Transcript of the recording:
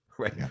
right